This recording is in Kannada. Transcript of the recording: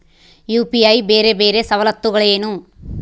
ಯು.ಪಿ.ಐ ಬೇರೆ ಬೇರೆ ಸವಲತ್ತುಗಳೇನು?